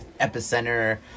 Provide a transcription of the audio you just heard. Epicenter